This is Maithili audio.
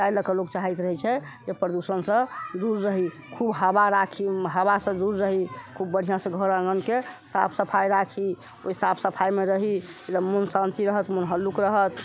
ताहि लए कऽ लोक चाहैत रहै छै जे प्रदूषणसँ दूर रही खूब हवा राखी हवासँ दूर रही खूब बढ़िआँसँ घर आँगनके साफ सफाइ राखी ओहि साफ सफाइमे रही मोन शान्त रहत मोन हल्लुक रहत